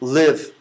live